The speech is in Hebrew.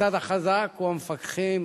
הצד החזק הוא המפקחים,